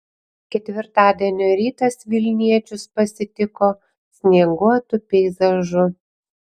ketvirtadienio rytas vilniečius pasitiko snieguotu peizažu